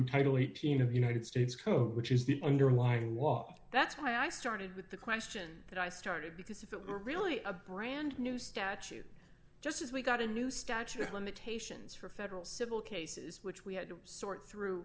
title eighteen united states code which is the underlying wall that's why i started with the question that i started because if it were really a brand new statute just as we got a new statute of limitations for federal civil cases which we had to sort through